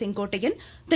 Sengottaiyan Thiru